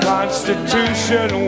Constitution